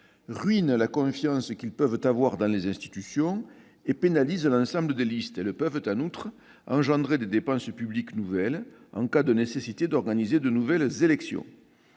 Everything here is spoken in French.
ruinent la confiance qu'ils peuvent avoir dans les institutions et pénalisent l'ensemble des listes. Elles peuvent en outre engendrer des dépenses publiques nouvelles lorsqu'elles rendent nécessaire l'organisation de nouvelles élections.